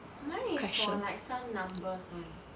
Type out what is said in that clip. mine is like for some numbers [one]